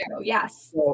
Yes